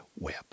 Web